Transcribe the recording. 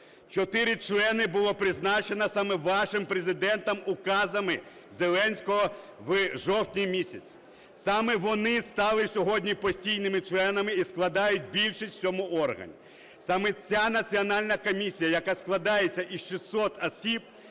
4 члени було призначено саме вашим Президентом, указами Зеленського в жовтні місяці. Саме вони стали сьогодні постійними членами і складають більшість в цьому органі. Саме ця національна комісія, яка складається з 600 осіб